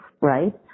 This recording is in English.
right